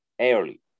Early